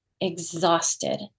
exhausted